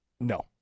No